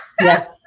Yes